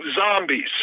zombies